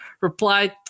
replied